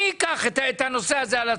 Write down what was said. מי ייקח את זה על עצמו?